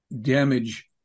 damage